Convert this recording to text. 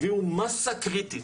הביאו מסה קריטית,